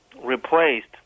replaced